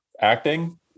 acting